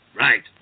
Right